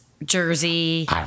Jersey